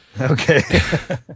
Okay